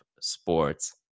sports